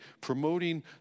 promoting